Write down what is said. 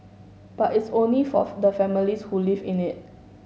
but it's only for the families who live in it